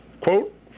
quote